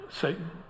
Satan